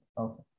Okay